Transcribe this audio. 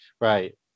Right